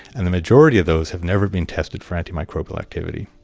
and the majority of those have never been tested for antimicrobial activity,